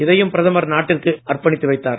இதையும் பிரதமர் நாட்டிற்கு அர்ப்பணித்து வைத்தார்